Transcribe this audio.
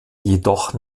jedoch